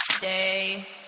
Day